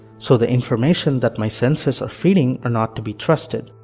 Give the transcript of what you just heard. so the information that my senses are feeding are not to be trusted.